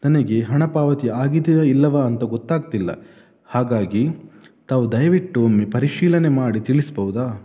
ನನಗೆ ಹಣ ಪಾವತಿ ಆಗಿದೆಯೊ ಇಲ್ಲವೋ ಅಂತ ಗೊತ್ತಾಗ್ತಿಲ್ಲ ಹಾಗಾಗಿ ತಾವು ದಯವಿಟ್ಟು ಒಮ್ಮೆ ಪರಿಶೀಲನೆ ಮಾಡಿ ತಿಳಿಸಬಹುದಾ